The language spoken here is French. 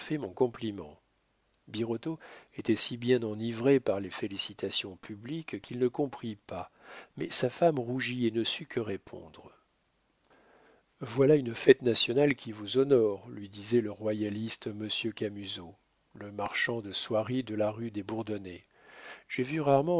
mon compliment birotteau était si bien enivré par les félicitations publiques qu'il ne comprit pas mais sa femme rougit et ne sut que répondre voilà une fête nationale qui vous honore lui disait le royaliste monsieur camusot le marchand de soieries de la rue des bourdonnais j'ai vu rarement